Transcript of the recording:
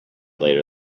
later